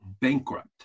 bankrupt